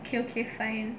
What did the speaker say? okay okay fine